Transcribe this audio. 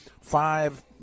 five